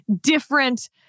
different